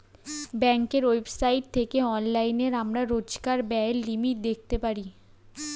ব্যাঙ্কের ওয়েবসাইট থেকে অনলাইনে আমরা রোজকার ব্যায়ের লিমিট দেখতে পারি